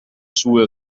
schuhe